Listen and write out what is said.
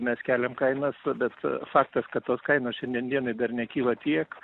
mes keliam kainas bet faktas kad tos kainos šiandien dienai dar nekyla tiek